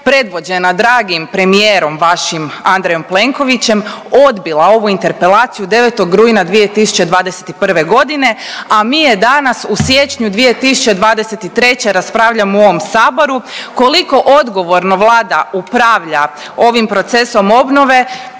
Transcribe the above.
predvođena dragim premijerom vašim Andrejom Plenkovićem odbila ovu interpelaciju 9. rujna 2021.g., a mi je danas u siječnju 2023. raspravljamo u ovom saboru. Koliko odgovorno Vlada upravlja ovim procesom obnove